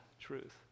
truth